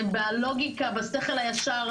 שבלוגיקה בשכל הישר,